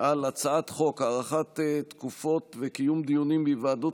על הצעת חוק הארכת תקופות וקיום דיונים בהיוועדות